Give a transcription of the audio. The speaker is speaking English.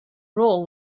roll